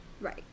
Right